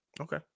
Okay